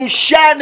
בושה,